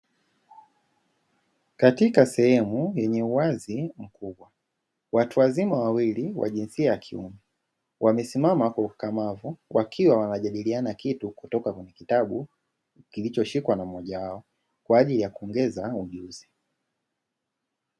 Katika sehemu yenye uwazi mkubwa, watu wazima wawili wa jinsia ya kiume wamesimama kwa ukakamavu wakiwa wanajadiliana kitu kutoka kwenye kitabu, kilichoshikwa na mmoja wao kwa ajili ya kuongeza ujuzi.